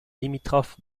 limitrophe